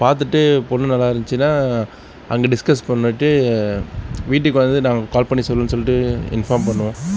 பார்த்துட்டு பொண்ணு நல்லா இருந்துச்சுன்னால் அங்கே டிஸ்கஸ் பண்ணிவிட்டு வீட்டுக்கு வந்து நாங்கள் கால் பண்ணி சொல்றோம்னு சொல்லிட்டு இன்ஃபார்ம் பண்ணுவோம்